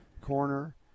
corner